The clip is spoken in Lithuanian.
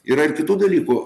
yra ir kitų dalykų